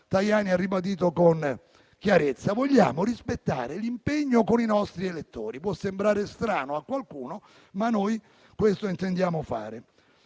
Tajani ha ribadito con chiarezza: vogliamo rispettare l'impegno con i nostri elettori. Può sembrare strano a qualcuno, ma noi intendiamo fare